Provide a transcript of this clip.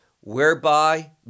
whereby